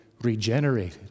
regenerated